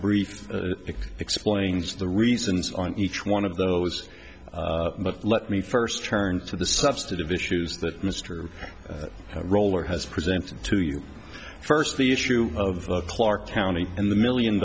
brief explains the reasons on each one of those but let me first turn to the substantive issues that mr roller has presented to you first the issue of clark county and the million